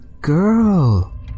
girl